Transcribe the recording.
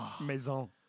Maison